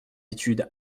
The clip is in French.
étude